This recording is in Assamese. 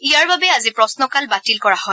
ইয়াৰ বাবে আজি প্ৰশ্নকাল বাতিল কৰা হয়